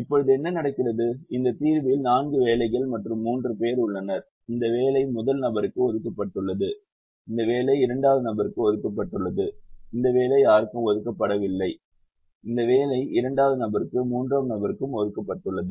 இப்போது என்ன நடக்கிறது இந்த தீர்வில் 4 வேலைகள் மற்றும் 3 பேர் உள்ளனர் இந்த வேலை முதல் நபருக்கு ஒதுக்கப்பட்டுள்ளது இந்த வேலை இரண்டாவது நபருக்கு ஒதுக்கப்பட்டுள்ளது இந்த வேலை யாருக்கும் ஒதுக்கப்படவில்லை இந்த வேலை இரண்டாவது நபருக்கு மூன்றாம் நபருக்கு ஒதுக்கப்பட்டுள்ளது